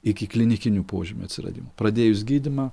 iki klinikinių požymių atsiradimo pradėjus gydymą